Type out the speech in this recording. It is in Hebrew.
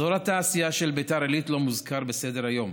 אזור התעשייה של ביתר עילית לא מוזכר בסדר-היום,